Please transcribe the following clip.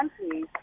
countries